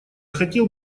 хотел